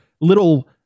little